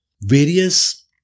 various